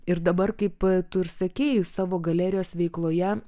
ir dabar kaip tu ir sakei savo galerijos veikloje